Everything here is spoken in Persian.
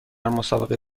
مسابقه